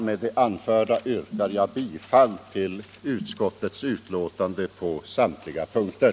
Med det anförda yrkar jag bifall till utskottets hemställan på samtliga punkter.